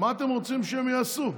מה אתם רוצים שהם יעשו,